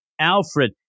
Alfred